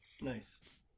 Nice